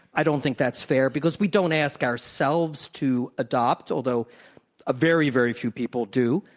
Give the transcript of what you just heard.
i don't think that's fair because we don't ask ourselves to adopt, although a very, very few people do,